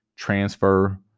transfer